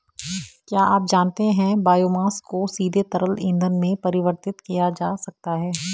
क्या आप जानते है बायोमास को सीधे तरल ईंधन में परिवर्तित किया जा सकता है?